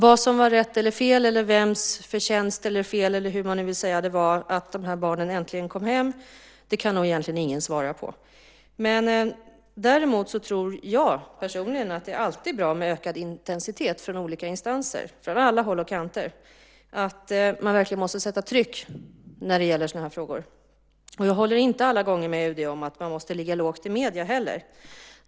Vad som var rätt eller fel eller vems förtjänst det var att barnen äntligen kom hem kan nog egentligen ingen svara på. Däremot tror jag personligen att det alltid är bra med ökad intensitet från olika instanser, att man verkligen sätter tryck från alla håll och kanter när det gäller sådana här frågor. Jag håller inte heller alla gånger med UD om att man måste ligga lågt i medierna.